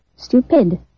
Stupid